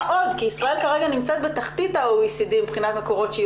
עוד כי ישראל כרגע נמצאת בתחתית ה-OECD מבחינת מקורות שהיא